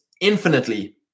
infinitely